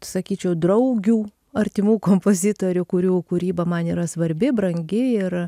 sakyčiau draugių artimų kompozitorių kurių kūryba man yra svarbi brangi ir